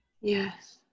Yes